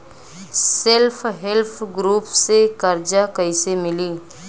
Self help group से कर्जा कईसे मिली?